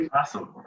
Awesome